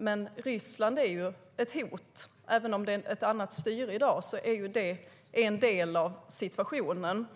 Men Ryssland är ju ett hot - även om det är ett annat styre i dag är det en del av situationen.